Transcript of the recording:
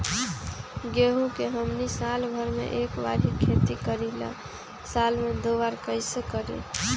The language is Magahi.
गेंहू के हमनी साल भर मे एक बार ही खेती करीला साल में दो बार कैसे करी?